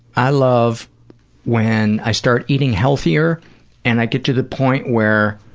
i love when i start eating healthier and i get to the point where